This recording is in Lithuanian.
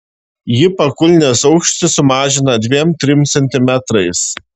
ji pakulnės aukštį sumažina dviem trim centimetrais